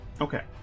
Okay